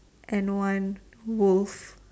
and one wolf